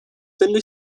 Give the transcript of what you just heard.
thinly